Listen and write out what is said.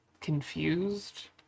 confused